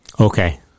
Okay